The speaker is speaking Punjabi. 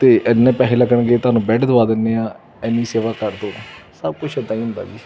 ਅਤੇ ਇੰਨੇ ਪੈਸੇ ਲੱਗਣਗੇ ਤੁਹਾਨੂੰ ਬੈੱਡ ਦਵਾ ਦਿੰਦੇ ਹਾਂ ਇੰਨੀ ਸੇਵਾ ਕਰ ਦਿਓ ਸਭ ਕੁਛ ਇੱਦਾਂ ਹੀ ਹੁੰਦਾ ਜੀ